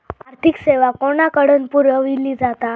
आर्थिक सेवा कोणाकडन पुरविली जाता?